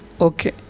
Okay